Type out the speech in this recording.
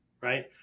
right